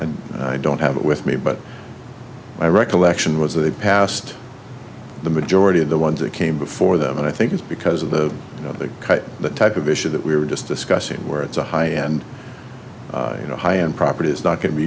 and i don't have it with me but my recollection was that they passed the majority of the ones that came before them and i think it's because of the you know the type of issue that we were just discussing where it's a high end you know high end property is not